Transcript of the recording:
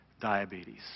diabetes